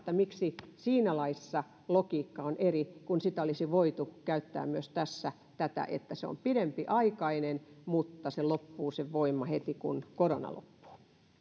miksi siinä laissa logiikka on eri kun sitä olisi voitu käyttää myös tässä siis tätä että se on pidempiaikainen mutta sen voima loppuu heti kun korona loppuu